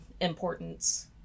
importance